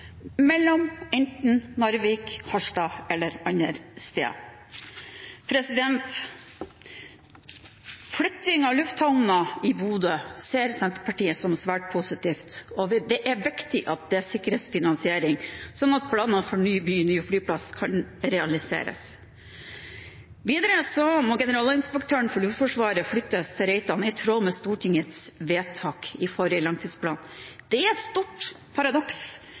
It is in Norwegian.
enten Narvik, Harstad eller andre steder.» Flytting av lufthavna i Bodø ser Senterpartiet på som svært positivt, og det er viktig at det sikres finansiering, slik at planene for å bygge ny flyplass kan realiseres. Videre må Generalinspektøren for Luftforsvaret flyttes til Reitan, i tråd med Stortingets vedtak i forrige langtidsplan. Det er et stort paradoks